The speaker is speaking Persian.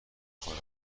خورم